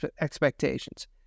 expectations